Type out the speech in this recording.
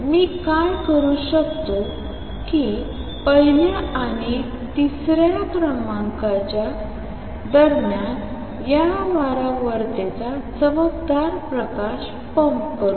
मी काय करू शकतो कि पहिल्या आणि तिसऱ्या स्तराच्या दरम्यान या वारंवारतेचा चमकदार प्रकाश पंप करू